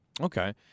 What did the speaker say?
Okay